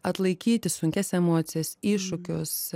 atlaikyti sunkias emocijas iššūkius